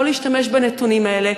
לא להשתמש בנתונים האלה,